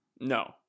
No